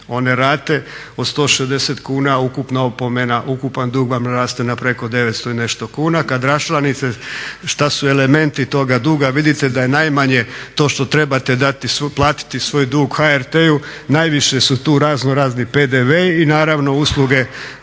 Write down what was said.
one rate od 160 kuna, ukupan dug vam naraste na preko 900 i nešto kuna, kad raščlanite šta su elementi toga duga vidite da je najmanje to što trebate platiti svoj dug HRT-u, najviše su tu razno razni PDV-i i naravno usluge